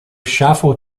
ŝafo